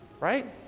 Right